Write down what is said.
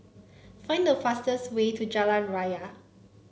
find the fastest way to Jalan Raya